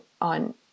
on